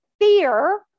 fear